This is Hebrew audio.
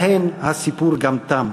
בהן הסיפור גם תם: